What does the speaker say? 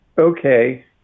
okay